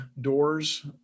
doors